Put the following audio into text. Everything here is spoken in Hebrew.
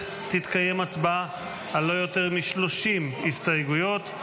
תתקיים הצבעה על לא יותר מ-30 הסתייגויות.